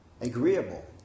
agreeable